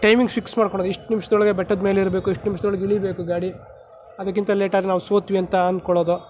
timing fix ಮಾಡ್ಕೊಳೋದು ಇಷ್ಟು ನಿಮಿಷದೊಳಗೆ ಬೆಟ್ಟದ್ಮೇಲಿರ್ಬೇಕು ಇಷ್ಟು ನಿಮಿಷದೊಳಗೆ ಇಳಿಬೇಕು ಗಾಡಿ ಅದಕ್ಕಿಂತ ಲೇಟ್ ಆದರೆ ನಾವು ಸೊತ್ವಿ ಅಂತ ಅನ್ಕೊಳೋದು